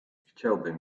chciałbym